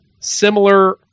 similar